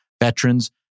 veterans